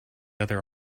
other